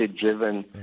driven